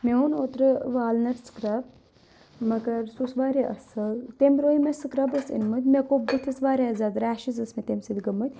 مےٚ اوٚن اوترٕ والنٹ سٕکرب مگر سُہ اوس واریاہ اَصٕل تمہِ برٛوہہہ یِم مےٚ سٕکرب ٲسۍ أنمٕتۍ مےٚ گوٚو بٕتھِس واریاہ زیادٕ ریشِز ٲسۍ مےٚ تمہِ سۭتۍ گٔمٕتۍ